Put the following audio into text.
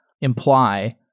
imply